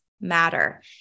matter